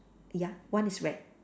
ya one is red